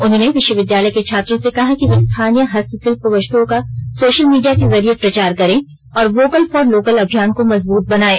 उन्होंने विश्वविद्यालय के छात्रों से कहा कि वे स्थानीय हस्तशिल्प वस्तुओं का सोशल मीडिया के जरिये प्रचार करें और वोकल फॉर लोकल अभियान को मजबुत बनायें